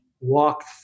walk